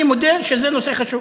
אני מודה שזה נושא חשוב.